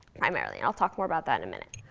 primarily. and i'll talk more about that in a minute.